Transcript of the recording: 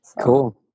Cool